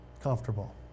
comfortable